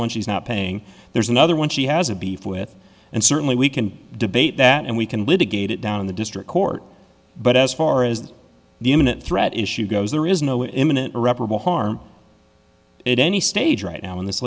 one she's not paying there's another one she has a beef with and certainly we can debate that and we can litigate it down in the district court but as far as the imminent threat issue goes there is no imminent irreparable harm it any stage right now in this